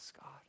God